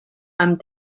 amb